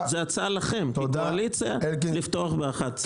זאת הצעה לכם כקואליציה לפתוח ב-11:00.